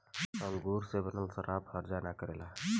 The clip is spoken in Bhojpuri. अंगूर से बनल शराब हर्जा ना करेला